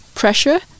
pressure